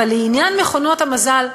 אבל לעניין מכונות המזל,